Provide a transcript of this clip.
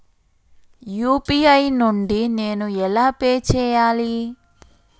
UPI నుండి నేను ఎలా పే చెయ్యాలి?